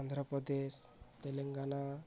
Andhra Pradesh Telangana